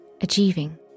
achieving